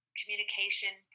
communication